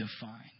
defined